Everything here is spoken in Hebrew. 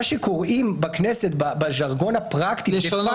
מה שקוראים בכנסת בז'רגון הפרקטי דה-פקטו "לתקן